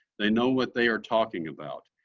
they know what they are talking about.